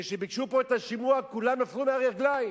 כשביקשו פה את השימוע כולם נפלו מהרגליים,